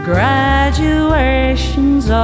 Graduation's